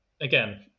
again